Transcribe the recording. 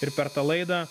ir per tą laidą